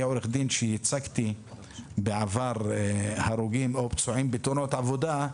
כעורך דין שייצג בעבר הרוגים או פצועים בתאונות עבודה,